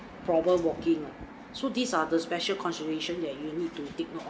problem walking so this are the special consideration that you'll need to take note